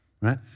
Right